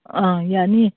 ꯑ ꯌꯥꯅꯤꯌꯦ